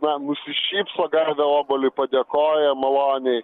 na nusišypso gavę obuolį padėkoja maloniai